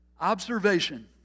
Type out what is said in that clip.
Observation